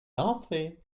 danser